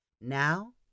Now